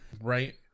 Right